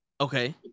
Okay